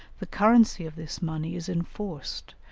the currency of this money is enforced,